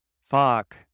fuck